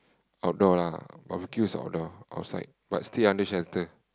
outdoor lah barbecue is outdoor outside but still under shelter